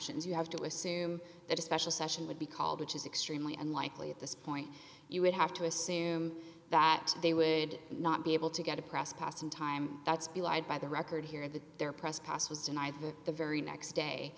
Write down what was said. assumptions you have to assume that a special session would be called which is extremely unlikely at this point you would have to assume that they would not be able to get a press pass in time that's belied by the record here that their press pass was denied the very next day